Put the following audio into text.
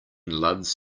loves